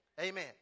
Amen